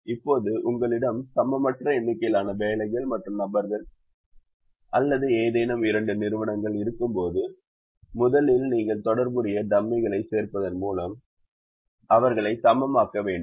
இப்போது உங்களிடம் சமமற்ற எண்ணிக்கையிலான வேலைகள் மற்றும் நபர்கள் அல்லது ஏதேனும் இரண்டு நிறுவனங்கள் இருக்கும்போது முதலில் நீங்கள் தொடர்புடைய டம்மிகளைச் சேர்ப்பதன் மூலம் அவர்களை சமமாக்க வேண்டும்